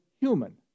human